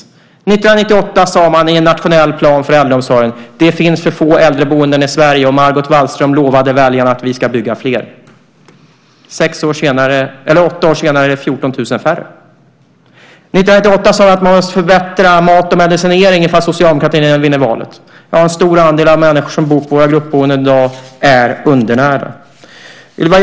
1998 sade man i den nationella planen för äldreomsorgen att det finns för få äldreboenden i Sverige. Margot Wallström lovade väljarna: Vi ska bygga fler. Åtta år senare är det 14 000 färre. 1998 sade man att man skulle förbättra mat och medicinering ifall Socialdemokraterna vann valet. En stor andel av de människor som bor på våra gruppboenden i dag är undernärda.